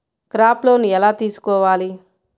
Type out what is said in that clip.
Crop loan ఎలా తీసుకోవాలి?